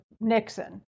Nixon